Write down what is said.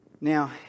Now